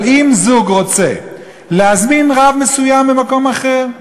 אבל אם זוג רוצה להזמין רב מסוים ממקום אחר,